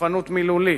בתוקפנות מילולית,